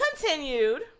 continued